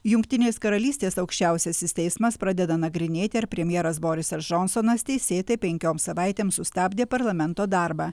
jungtinės karalystės aukščiausiasis teismas pradeda nagrinėti ar premjeras borisas džonsonas teisėtai penkioms savaitėms sustabdė parlamento darbą